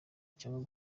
cyangwa